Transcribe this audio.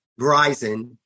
Verizon